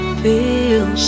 Feel